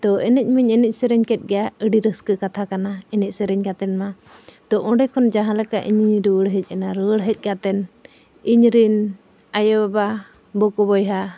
ᱛᱳ ᱮᱱᱮᱡ ᱢᱟᱧ ᱮᱱᱮᱡᱼᱥᱮᱨᱮᱧ ᱠᱮᱫ ᱜᱮᱭᱟ ᱟᱹᱰᱤ ᱨᱟᱹᱥᱠᱟᱹ ᱠᱟᱛᱷᱟ ᱠᱟᱱᱟ ᱮᱱᱮᱡᱼᱥᱮᱨᱮᱧ ᱠᱟᱛᱮᱫ ᱢᱟ ᱛᱳ ᱚᱸᱰᱮ ᱠᱷᱚᱱ ᱡᱟᱦᱟᱸ ᱞᱮᱠᱟ ᱤᱧᱤᱧ ᱨᱩᱣᱟᱹᱲ ᱦᱮᱡᱮᱱᱟ ᱨᱩᱣᱟᱹᱲ ᱦᱮᱡ ᱠᱟᱛᱮᱫ ᱤᱧᱨᱮᱱ ᱟᱭᱳᱼᱵᱟᱵᱟ ᱵᱚᱠᱚᱼᱵᱚᱭᱦᱟ